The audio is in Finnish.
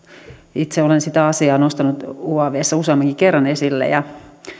itse olen sitä asiaa nostanut uavssa useammankin kerran esille